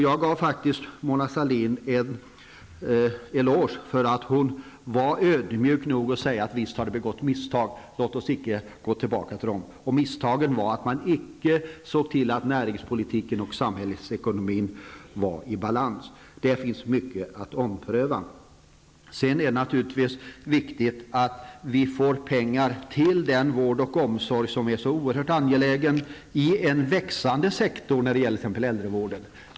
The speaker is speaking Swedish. Jag gav faktiskt Mona Sahlin en eloge för att hon var ödmjuk nog att säga att det visst har begåtts misstag och att vi inte skulle göra om dem. Och misstagen var att man inte såg till att näringspolitiken och samhällsekonomin var i balans. Det finns alltså mycket att ompröva. Det är naturligtvis viktigt att vi får pengar till den vård och omsorg som är så oerhört angelägna i en växande sektor, t.ex. när det gäller äldrevården.